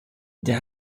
der